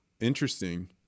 interesting